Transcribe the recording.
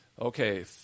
Okay